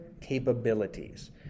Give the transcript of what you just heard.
capabilities